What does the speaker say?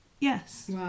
Yes